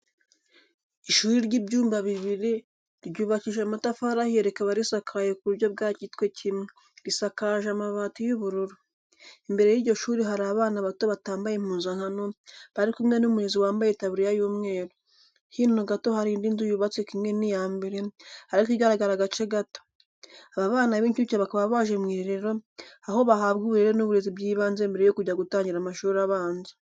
Ishuri ry'ibyumba bibiri, ryubakishije amatafari ahiye rikaba risakaye ku buryo bwa gitwekimwe, risakaje amabati y'ubururu. Imbere y'iryo shuri hari abana bato batambaye impuzankano, bari kumwe n'umurezi wambaye itaburiya y'umweru. Hino gato hari indi nzu yubatse kimwe n'iya mbere, ariko igaragara agace gato. Aba bana b'incuke bakaba baje mu irerero, aho bahabwa uburere n'uburezi by'ibanze mbere yo kujya gutangira amashuri abanza.